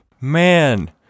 Man